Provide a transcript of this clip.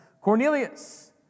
Cornelius